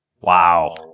Wow